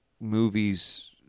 movies